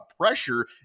pressure